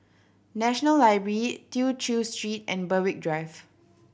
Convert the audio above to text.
National Library Tew Chew Street and Berwick Drive